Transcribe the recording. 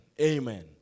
amen